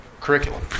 curriculum